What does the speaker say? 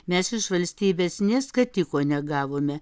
mes iš valstybės nė skatiko negavome